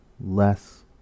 less